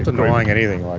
denying anything.